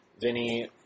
Vinny